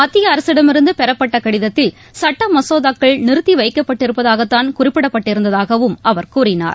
மத்திய அரசிடமிடமிருந்து பெறப்பட்ட கடிதத்தில் சட்ட மசோதாக்கள் நிறுத்தி வைக்கப்பட்டிருப்பதாகத்தான் குறிப்பிடப்பட்டிருந்ததாகவம் அவர் கூறினார்